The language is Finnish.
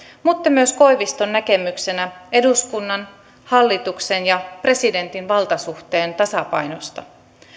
mutta myös koiviston näkemyksenä eduskunnan hallituksen ja presidentin valtasuhteiden tasapainosta